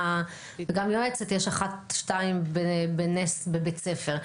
וגם יועצת יש אחת-שתיים בנס בבית ספר.